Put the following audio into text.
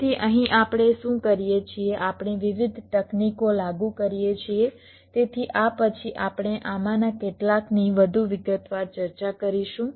તેથી અહીં આપણે શું કરીએ છીએ આપણે વિવિધ તકનીકો લાગુ કરીએ છીએ તેથી આ પછી આપણે આમાંના કેટલાકની વધુ વિગતવાર ચર્ચા કરીશું